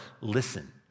listen